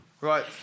Right